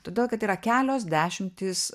todėl kad yra kelios dešimtys